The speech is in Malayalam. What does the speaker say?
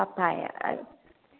പപ്പായ ആ